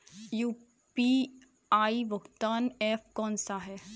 UPI भुगतान app कौन सा है?